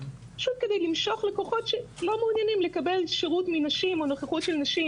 כדי למשוך לקוחות שלא מעוניינים לקבל שירות מנשים או נוכחות לנשים,